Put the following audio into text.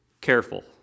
Careful